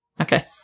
Okay